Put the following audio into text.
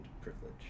privilege